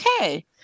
okay